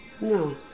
No